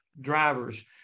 drivers